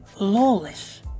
lawless